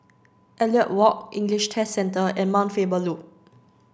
Elliot Walk English Test Centre and Mount Faber Loop